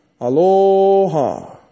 Aloha